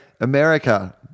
America